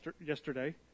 yesterday